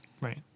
Right